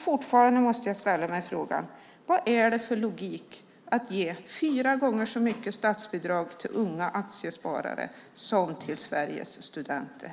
Fortfarande måste jag ställa mig frågan: Vad är det för logik i att ge fyra gånger så mycket statsbidrag till unga aktiesparare som till Sveriges studenter?